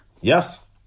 Yes